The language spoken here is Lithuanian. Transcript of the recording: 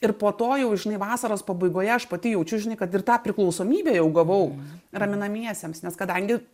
ir po to jau žinai vasaros pabaigoje aš pati jaučiu žinai kad ir tą priklausomybę jau gavau raminamiesiems nes kadangi